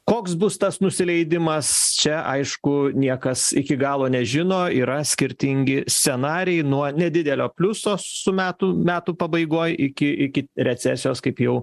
koks bus tas nusileidimas čia aišku niekas iki galo nežino yra skirtingi scenarijai nuo nedidelio pliuso su metų metų pabaigoj iki iki recesijos kaip jau